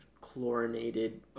chlorinated